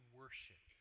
worship